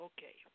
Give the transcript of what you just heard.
Okay